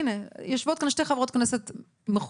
הינה יושבות כאן שתי חברות כנסת מכובדות,